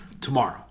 tomorrow